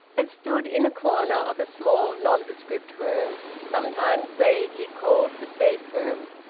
had stood in a corner of a small nondescript room, sometimes vaguely called the safe-room,